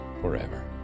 forever